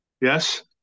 Yes